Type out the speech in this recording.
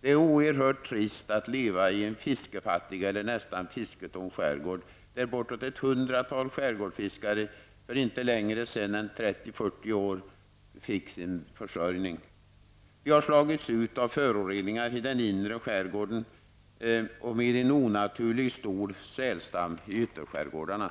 Det är oerhört trist att leva i en fiskefattig, nästan fisketom, skärgård där bortåt ett hundratal skärgårdsfiskare för inte mer än 30--40 år sedan fick sin försörjning. De har slagits ut av föroreningar i den inre skärgården av en onaturligt stor sälstam i ytterskärgården.